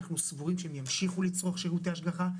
אנחנו סבורים שהם ימשיכו לצרוך שירותי השגחה.